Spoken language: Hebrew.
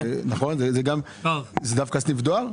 זה דווקא סניף דואר?